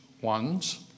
ones